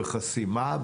בחסימה,